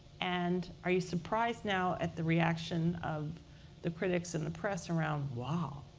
and are you surprised now at the reaction of the critics and the press around, wow,